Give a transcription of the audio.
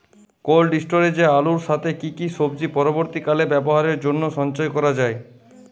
Cold স্টোরেজে আলুর সাথে কি কি সবজি পরবর্তীকালে ব্যবহারের জন্য সঞ্চয় করা যায়?